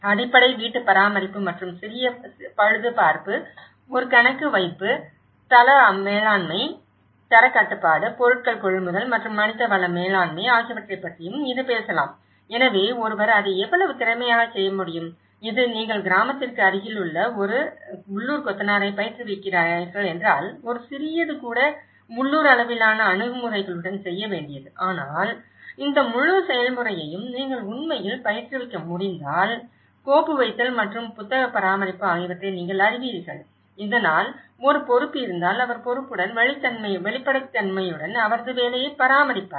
அடிப்படை வீட்டு பராமரிப்பு மற்றும் சிறிய பழுதுபார்ப்பு ஒரு கணக்கு வைப்பு தள மேலாண்மை தரக் கட்டுப்பாடு பொருட்கள் கொள்முதல் மற்றும் மனிதவள மேலாண்மை ஆகியவற்றைப் பற்றியும் இது பேசலாம் எனவே ஒருவர் அதை எவ்வளவு திறமையாகச் செய்ய முடியும் இது நீங்கள் கிராமத்திற்கு அருகிலுள்ள ஒரு உள்ளூர் கொத்தனாரைப் பயிற்றுவிக்கிறீர்கள் என்றால் ஒரு சிறியது கூட உள்ளூர் அளவிலான அணுகுமுறைகளுடன் செய்ய வேண்டியது ஆனால் இந்த முழு செயல்முறையையும் நீங்கள் உண்மையில் பயிற்றுவிக்க முடிந்தால் கோப்பு வைத்தல் மற்றும் புத்தக பராமரிப்பு ஆகியவற்றை நீங்கள் அறிவீர்கள் இதனால் ஒரு பொறுப்பு இருந்தால் அவர் பொறுப்புடன் வெளிப்படைத்தன்மையுடன் அவரது வேலையை பராமரிப்பார்